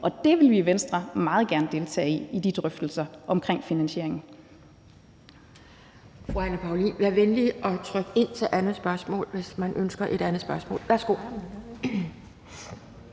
Og det vil vi i Venstre meget gerne deltage i – i de drøftelser omkring finansieringen.